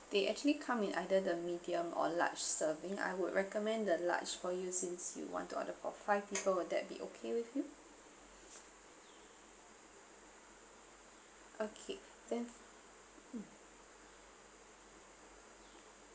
they actually come in either the medium or large serving I would recommend the large for you since you want to order for five people will that be okay with you okay then mm